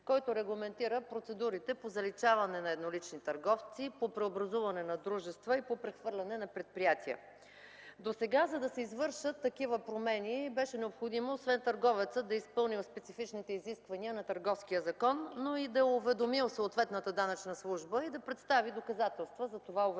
който регламентира процедурите по заличаване на еднолични търговци, по преобразуване на дружества и по прехвърляне на предприятия. Досега, за да се извършат такива промени, беше необходимо освен търговецът да е изпълнил специфичните изисквания на Търговския закон, но и да е уведомил съответната данъчна служба, и да представи доказателства за това уведомяване.